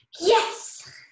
Yes